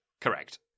Correct